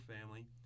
family